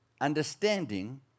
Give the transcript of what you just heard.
understanding